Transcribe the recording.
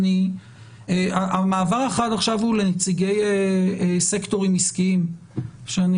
המעבר החד עכשיו הוא לנציגי סקטורים עסקיים שאני